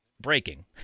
Breaking